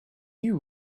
you